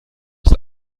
ist